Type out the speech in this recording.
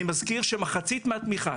אני מזכיר שמחצית מהתמיכה,